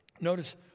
Notice